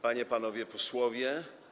Panie i Panowie Posłowie!